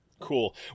Cool